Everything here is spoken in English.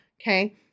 Okay